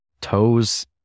toes